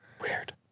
Weird